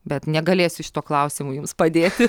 bet negalėsiu šituo klausimu jums padėti